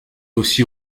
aussi